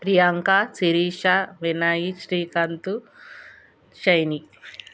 Priyanka Sirisha Vinay Srikanth shiny